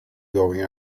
going